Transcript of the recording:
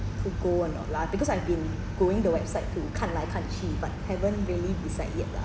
to go or not lah because I've been going the website to 看来看去 but haven't really decide yet